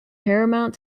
paramount